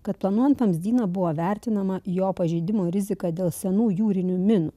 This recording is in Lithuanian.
kad planuojant vamzdyną buvo vertinama jo pažeidimo riziką dėl senų jūrinių minų